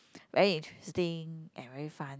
very interesting and very fun